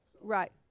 Right